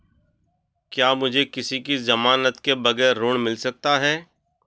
क्या मुझे किसी की ज़मानत के बगैर ऋण मिल सकता है?